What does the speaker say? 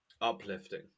uplifting